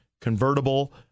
convertible